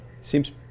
Seems